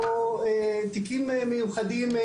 או בתיקים מיוחדים.